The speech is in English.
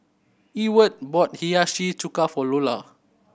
Ewart bought Hiyashi Chuka for Lola